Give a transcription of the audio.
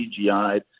CGI